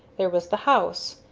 there was the house,